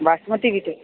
बासमती बि अथव